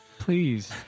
please